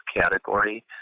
category